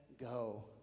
go